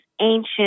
ancient